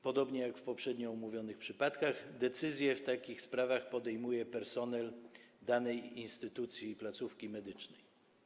Podobnie jak w poprzednio omówionych przypadkach, decyzje w takich sprawach podejmuje personel danej instytucji i placówki medycznej.